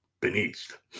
beneath